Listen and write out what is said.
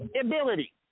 ability